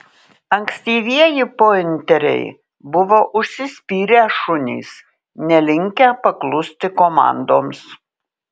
ankstyvieji pointeriai buvo užsispyrę šunys nelinkę paklusti komandoms